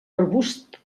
arbusts